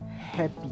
happy